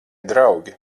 draugi